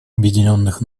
объединенных